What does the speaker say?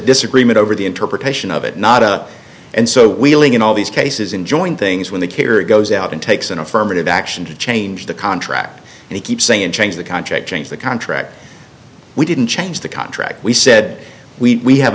disagreement over the interpretation of it not up and so wheeling in all these cases enjoying things when the caterer goes out and takes an affirmative action to change the contract and he keeps saying change the contract change the contract we didn't change the contract we said we have